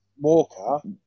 Walker